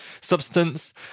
substance